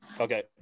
Okay